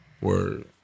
Word